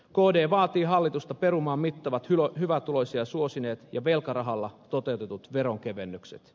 kd vaatii hallitusta perumaan mittavat hyvätuloisia suosineet ja velkarahalla toteutetut veronkevennykset